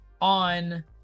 on